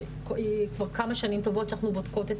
שזה כבר כמה שנים טובות שאנחנו בודקות את